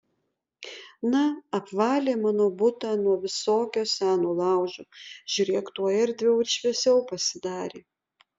na apvalė mano butą nuo visokio seno laužo žiūrėk tuoj erdviau ir šviesiau pasidarė